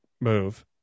move